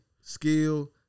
skill